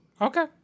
Okay